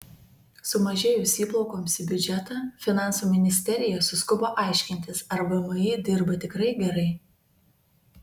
sumažėjus įplaukoms į biudžetą finansų ministerija suskubo aiškintis ar vmi dirba tikrai gerai